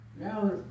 Now